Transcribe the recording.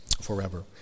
forever